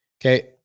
Okay